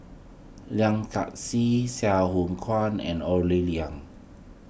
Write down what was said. Sye Sai Hua Kuan and Ore